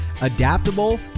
Adaptable